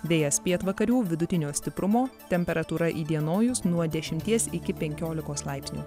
vėjas pietvakarių vidutinio stiprumo temperatūra įdienojus nuo dešimties iki penkiolikos laipsnių